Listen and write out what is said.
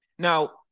Now